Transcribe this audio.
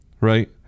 right